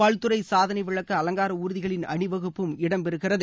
பல்துறை சாதனை விளக்க அலங்கார ஊர்திகளின் அணிவகுப்பும் இடம் பெறுகிறது